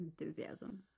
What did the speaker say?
enthusiasm